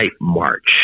march